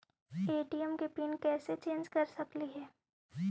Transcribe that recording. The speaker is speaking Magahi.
ए.टी.एम के पिन कैसे चेंज कर सकली ही?